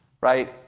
right